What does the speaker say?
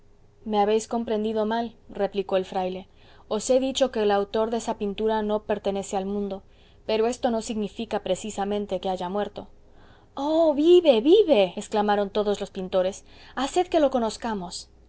me habéis comprendido mal replicó el fraile os he dicho que el autor de esa pintura no pertenece al mundo pero esto no significa precisamente que haya muerto oh vive vive exclamaron todos los pintores haced que lo conozcamos